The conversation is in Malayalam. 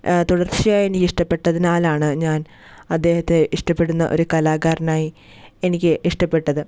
തുടർച്ചയായും എനിക്ക് ഇഷ്ടപ്പെട്ടതിനാലാണ് ഞാൻ അദ്ദേഹത്തെ ഇഷ്ടപ്പെടുന്ന ഒരു കലാകാരനായി എനിക്ക് ഇഷ്ടപ്പെട്ടത്